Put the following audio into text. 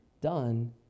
done